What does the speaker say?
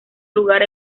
lugar